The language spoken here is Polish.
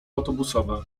autobusowe